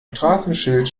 straßenschild